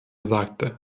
sagte